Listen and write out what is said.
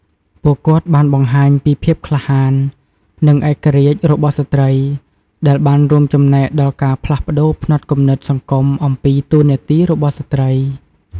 ពួកគាត់បានបង្ហាញពី ភាពក្លាហាន និងឯករាជ្យ របស់ស្ត្រី ដែលបានរួមចំណែកដល់ការផ្លាស់ប្តូរផ្នត់គំនិតសង្គមអំពីតួនាទីរបស់ស្ត្រី។